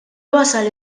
wasal